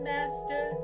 Master